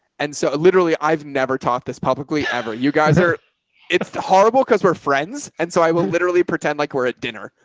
and so literally i've never taught this publicly ever. you guys are it's horrible. cause we're friends. and so i will literally pretend like we're at dinner.